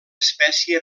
espècie